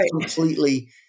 completely